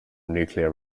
nuclear